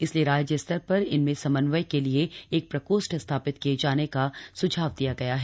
इसलिए राज्य स्तर पर इनमें समन्वय के लिए एक प्रकोष्ठ स्थापित किये जाने का सुझाव दिया गया है